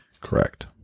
correct